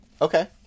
Okay